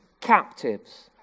Captives